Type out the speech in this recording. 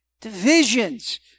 Divisions